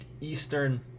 Eastern